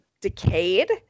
decayed